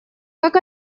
как